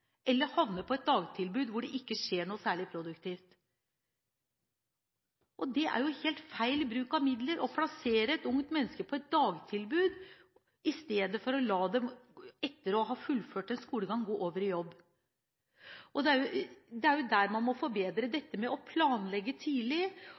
eller havner på et dagtilbud hvor det ikke skjer noe særlig produktivt. Det er helt feil bruk av midler å plassere unge mennesker på et dagtilbud i stedet for å la dem, etter å ha fullført en skolegang, gå over i jobb. Det er dette som må